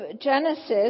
Genesis